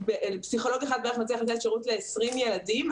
פסיכולוג אחד מצליח לתת שירות בערך ל-20 ילדים,